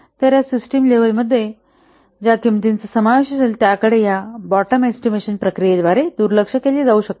तर या system level मध्ये ज्या किंमतीचा समावेश असेल त्याकडे या बॉटम एस्टिमेशन प्रक्रियेद्वारे दुर्लक्ष केले जाऊ शकते